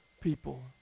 people